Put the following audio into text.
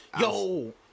Yo